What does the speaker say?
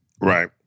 Right